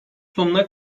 sonuna